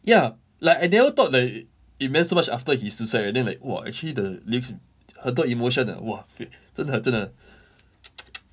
ya like I never thought that it it meant so much after he suicide leh then like !wah! actually the lyrics 很多 emotion 的 !wah! freak 真的真的